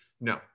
No